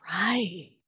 Right